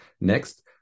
Next